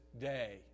day